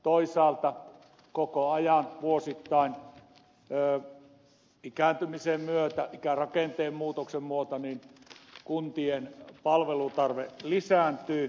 toisaalta koko ajan vuosittain ikääntymisen myötä ikärakenteen muutoksen myötä kuntien palvelutarve lisääntyy